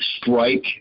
strike